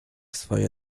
swoje